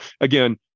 again